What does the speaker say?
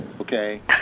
okay